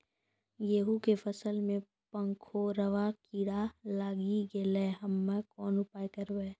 गेहूँ के फसल मे पंखोरवा कीड़ा लागी गैलै हम्मे कोन उपाय करबै?